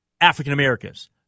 African-Americans